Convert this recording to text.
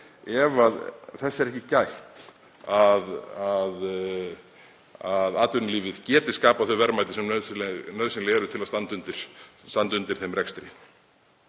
ef þess er ekki gætt að atvinnulífið geti skapað þau verðmæti sem nauðsynleg eru til að standa undir þeim rekstri.